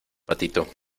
patito